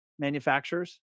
Manufacturers